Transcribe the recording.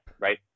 right